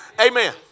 Amen